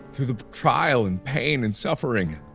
through the trial and pain and suffering